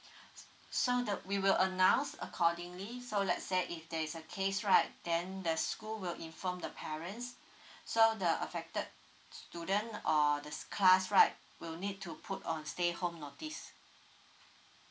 so the we will announce accordingly so let's say if there's a case right then the school will inform the parents so the affected student or the class right will need to put on stay at home notice